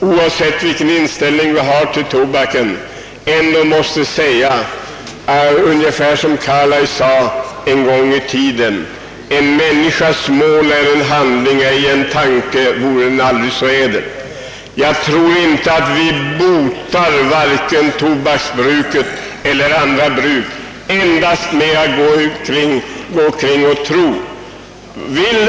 Oavsett vilken inställning vi har till tobaken undrar jag om vi inte med Carlyle måste säga: En människas mål är en handling, ej en tanke, vore den aldrig så ädel! Jag anser inte att vi kommer till rätta med vare sig tobaksrökningen eller bruket av andra njutningsmedel endast genom tro.